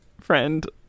friend